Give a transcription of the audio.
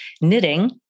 knitting